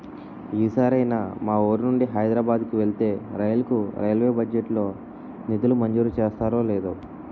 ఈ సారైనా మా వూరు నుండి హైదరబాద్ కు వెళ్ళే రైలుకు రైల్వే బడ్జెట్ లో నిధులు మంజూరు చేస్తారో లేదో